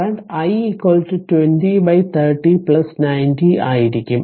current i 2030 90 ആയിരിക്കും